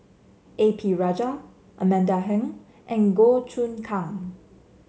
A P Rajah Amanda Heng and Goh Choon Kang